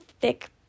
thick